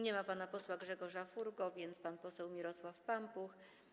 Nie ma pana posła Grzegorza Furgi, więc pan poseł Mirosław Pampuch.